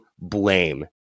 blame